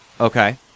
Okay